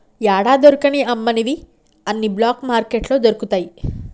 యాడా దొరకని అమ్మనివి అన్ని బ్లాక్ మార్కెట్లో దొరుకుతయి